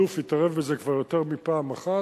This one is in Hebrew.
האלוף התערב בזה כבר יותר מפעם אחת.